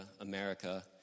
America